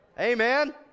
Amen